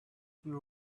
will